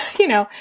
you know,